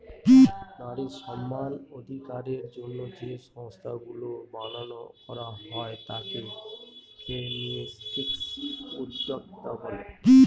নারী সমানাধিকারের জন্য যে সংস্থাগুলা বানানো করা হয় তাকে ফেমিনিস্ট উদ্যোক্তা বলে